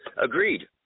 agreed